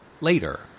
later